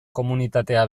komunitatea